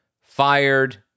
fired